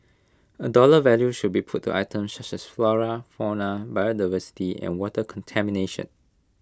A dollar value should be put to items such as flora fauna biodiversity and water contamination